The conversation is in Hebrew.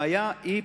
הבעיה היא,